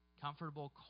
comfortable